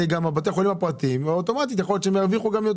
בתי החולים הפרטיים אוטומטית ירוויחו יותר.